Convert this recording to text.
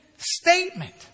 Statement